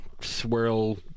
swirl